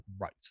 right